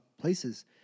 places